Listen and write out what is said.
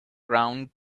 ground